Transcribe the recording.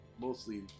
mostly